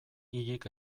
hilik